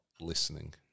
listening